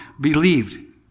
believed